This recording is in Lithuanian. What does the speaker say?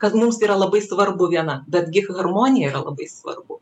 kad mums yra labai svarbu viena betgi harmonija yra labai svarbu